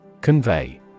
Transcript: Convey